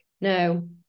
no